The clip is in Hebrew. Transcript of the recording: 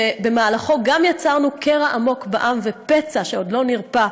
שבמהלכו גם יצרנו קרע עמוק בעם ופצע שעוד לא נרפא.